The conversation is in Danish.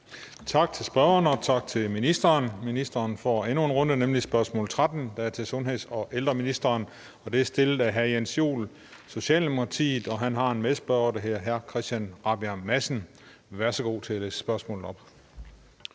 Tak til spørgeren, og tak til ministeren. Ministeren får endnu en runde, da spørgsmål 13 nemlig også er til sundheds- og ældreministeren. Det er stillet af hr. Jens Joel, Socialdemokratiet. Og han har en medspørger, der hedder hr. Christian Rabjerg Madsen. Kl. 14:36 Spm. nr.